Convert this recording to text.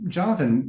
Jonathan